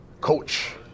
Coach